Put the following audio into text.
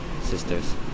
Sisters